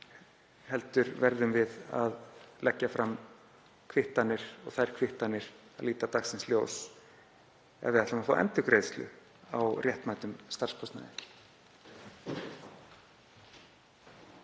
heldur verðum við að leggja fram kvittanir og þær kvittanir líta dagsins ljós ef við ætlum að fá endurgreiðslu á réttmætum starfskostnaði.